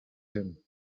him